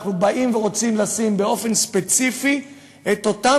אנחנו באים ורוצים לשים באופן ספציפי את אותם